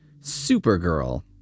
Supergirl